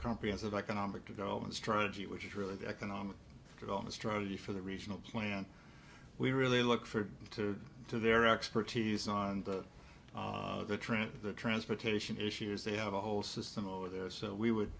comprehensive economic development strategy which is really the economic development strategy for the regional plan we really look for them to to their expertise on the trim the transportation issues they have a whole system over there so we would